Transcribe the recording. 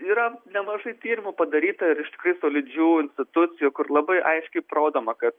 yra nemažai tyrimų padaryta ir iš tikrai solidžių institucijų kur labai aiškiai parodoma kad